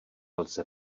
lze